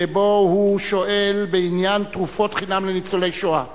שבה הוא שואל בעניין תרופות חינם לניצולי שואה.